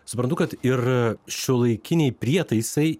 suprantu kad ir šiuolaikiniai prietaisai